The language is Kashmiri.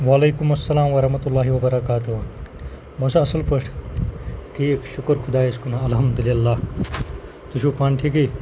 وعلیکُم اَسَلام ورحمتُہ اللہِ وَبَرکاتَہ بہٕ ہَسا اَصٕل پٲٹھۍ ٹھیٖک شُکُر خۄدایَس کُن الحمدُاللہ تُہۍ چھُو پانہٕ ٹھیٖکٕے